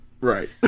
Right